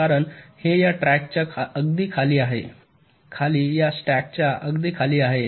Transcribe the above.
कारण हे या ट्रॅकच्या अगदी खाली आहे खाली या स्टॅकच्या अगदी खाली आहे